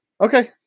Okay